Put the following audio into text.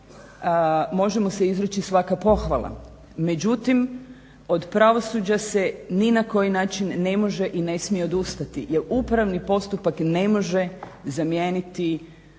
može mu se izreći svaka pohvala, međutim od pravosuđa se ni na koji način ne može i ne smije odustati jer upravni postupak ne može zamijeniti